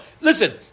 Listen